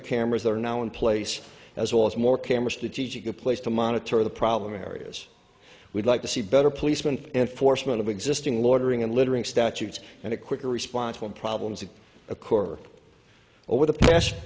the cameras that are now in place as well as more cameras to teach a good place to monitor the problem areas we'd like to see better policeman enforcement of existing loitering and littering statutes and a quicker response from problems at a core over the past